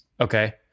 Okay